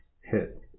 hit